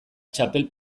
txapel